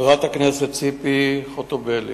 חברת הכנסת ציפי חוטובלי,